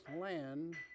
land